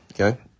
okay